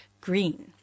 green